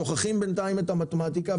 שוכחים בינתיים את המתמטיקה,